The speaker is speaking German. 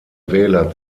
wähler